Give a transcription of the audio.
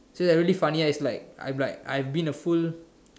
so it's really funny ah it's like I like I've been a fool